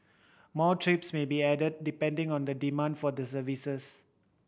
more trips may be added depending on the demand for the services